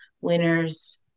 winners